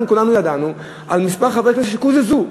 אנחנו כולנו ידענו על כמה חברי כנסת שקוזזו.